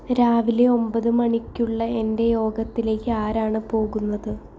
രാവിലെ ഒമ്പത് മണിക്കുള്ള എൻ്റെ യോഗത്തിലേക്ക് ആരാണ് പോകുന്നത്